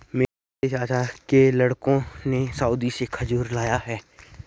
मेरे चाचा के लड़कों ने सऊदी से खजूर लाए हैं